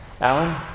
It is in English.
Alan